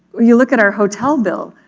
you look at our hotel bill.